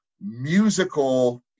musical